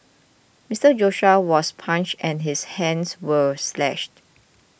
Mister Joshua was punched and his hands were slashed